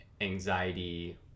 anxiety